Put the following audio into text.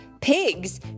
Pigs